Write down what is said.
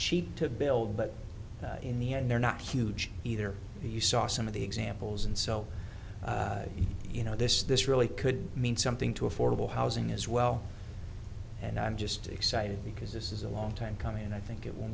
cheap to build but in the end they're not huge either you saw some of the examples and so you know this this really could mean something to affordable housing as well and i'm just excited because this is a long time coming and i think it will